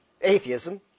atheism